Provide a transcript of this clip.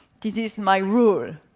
this this and my rule.